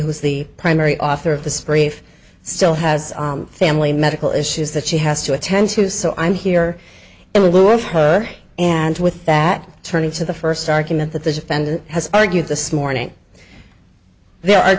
is the primary author of this brief still has family medical issues that she has to attend to so i'm here in lieu of her and with that turning to the first argument that the defendant has argued this morning there are